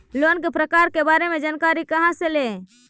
Loan के प्रकार के बारे मे जानकारी कहा से ले?